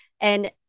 And-